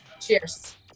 Cheers